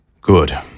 Good